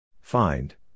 Find